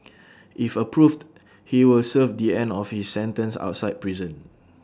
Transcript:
if approved he will serve the end of his sentence outside prison